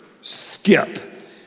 skip